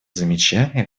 замечание